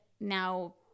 now